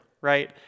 right